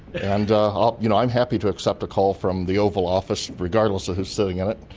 and you know i'm happy to accept a call from the oval office, regardless of who's sitting in it.